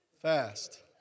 Fast